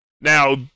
Now